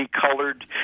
colored